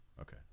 okay